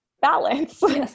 balance